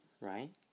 right